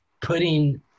putting